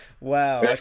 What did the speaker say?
Wow